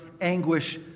anguish